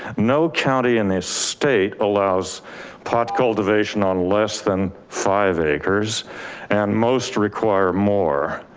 no county in this state allows pot cultivation on less than five acres and most require more.